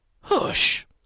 Hush